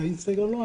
באינסטגרם לא.